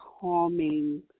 calming